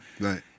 Right